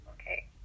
Okay